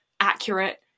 accurate